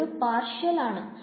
ഇതൊരു പാർഷ്യൽ ആണ്